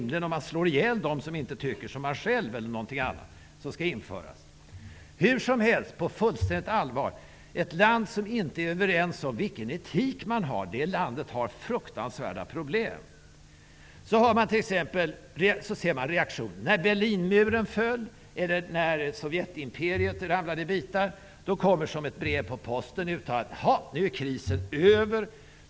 Skall man införa att man skall slå ihjäl dem som inte tycker som man själv gör, eller någonting annat? Hur som helst och på fullständigt allvar: Ett land där man inte är överens om vilken etik man skall ha har fruktansvärda problem. Man såg reaktionerna när Berlinmuren föll och när Sovjetimperiet ramlade i bitar. Som ett brev på posten kom uttalandet: Jaha, nu är krisen över.